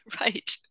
Right